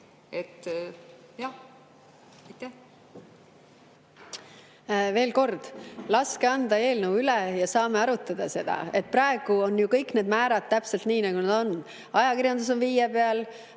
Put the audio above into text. veel 5%. Veel kord, laske anda eelnõu üle ja saame arutada seda. Praegu on ju kõik need määrad täpselt nii, nagu nad on. Ajakirjandus on 5%,